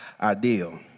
ideal